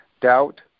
doubt